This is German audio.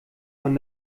von